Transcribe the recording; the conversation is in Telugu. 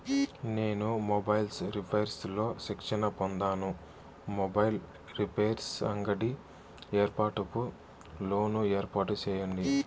నేను మొబైల్స్ రిపైర్స్ లో శిక్షణ పొందాను, మొబైల్ రిపైర్స్ అంగడి ఏర్పాటుకు లోను ఏర్పాటు సేయండి?